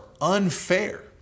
unfair